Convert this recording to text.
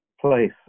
place